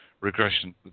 Regression